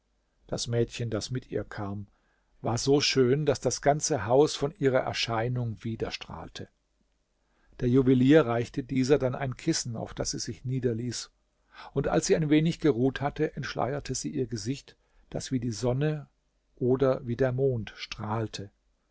das mädchen das mit ihr kam war so schön daß das ganze haus von ihrer erscheinung widerstrahlte der juwelier reichte dieser dann ein kissen auf das sie sich niederließ und als sie ein wenig geruht hatte entschleierte sie ihr gesicht das wie die sonne oder wie der mond strahlte